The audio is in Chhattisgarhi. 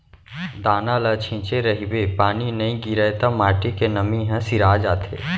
दाना ल छिंचे रहिबे पानी नइ गिरय त माटी के नमी ह सिरा जाथे